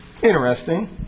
Interesting